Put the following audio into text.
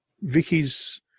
Vicky's